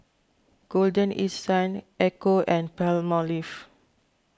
Golden East Sun Ecco and Palmolive